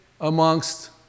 amongst